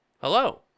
Hello